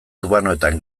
urbanoetan